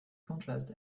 contrast